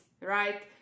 right